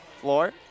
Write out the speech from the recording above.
floor